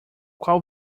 qual